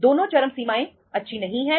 दोनों चरम सीमाएं अच्छी नहीं हैं